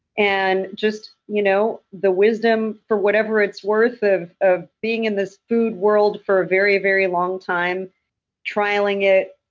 and just you know the wisdom, for whatever it's worth, of of being in this food world for a very, very long time trialing it,